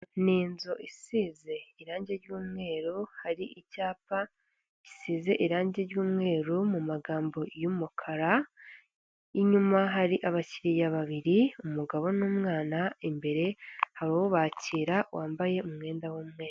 Ni inzu isize irangi ry'umweru hari icyapa gisize irangi ry'umweru mu magambo y'umukara, inyuma hari abakiliya babiri umugabo n'umwana, imbere hari ubakira wambaye umwenda w'umweru.